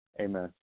Amen